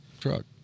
truck